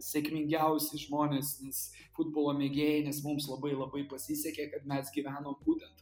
sėkmingiausi žmonės nes futbolo mėgėjai nes mums labai labai pasisekė kad mes gyvenom būtent